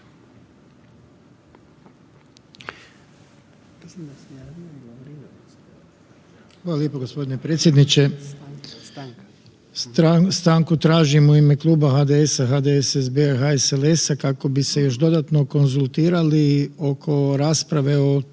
Hvala lijepo gospodine predsjedniče. Stanku tražim u ime kluba HDS-a, HDSSB-a i HSLS-a kako bi se još dodatno konzultirali oko rasprave o